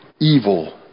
evil